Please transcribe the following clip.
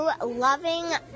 Loving